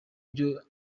byo